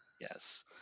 Yes